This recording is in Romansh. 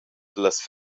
dallas